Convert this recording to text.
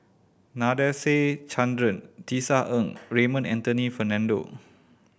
Nadasen Chandra Tisa Ng Raymond Anthony Fernando